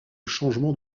changement